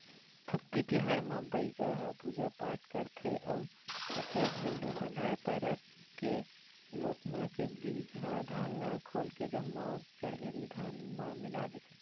अक्ती तिहार म बइगा ह पूजा पाठ करथे अउ बछर भर ले बंधाए पैरा के लोटना के बिजहा धान ल खोल के जम्मो चड़हे धान म मिला देथे